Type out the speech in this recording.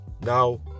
Now